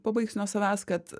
pabaigsiu nuo savęs kad